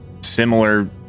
similar